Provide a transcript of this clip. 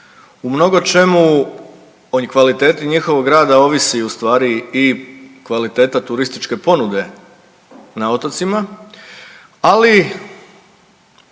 u mnogočemu o kvaliteti njihovog rada ovisi ustvari i kvaliteta turističke ponude na otocima, ali